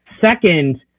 second